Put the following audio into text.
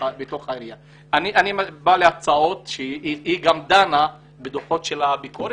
בעירייה שהיא גם דנה בדוחות הביקורת.